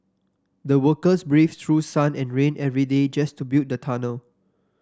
the workers braved through sun and rain every day just to build the tunnel